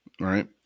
right